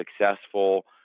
successful